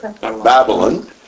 Babylon